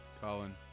Colin